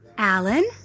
Alan